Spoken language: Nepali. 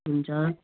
हुन्छ